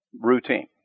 routine